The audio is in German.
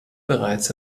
bereits